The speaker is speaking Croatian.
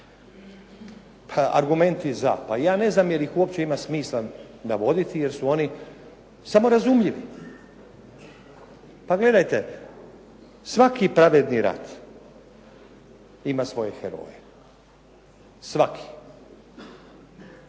Pa argumenti za, pa ja ne znam je li ih uopće ima smisla navoditi jer su oni samo razumljivi. Pa gledajte, svaki pravedni rat ima svoje heroje. Svaki.